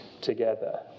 together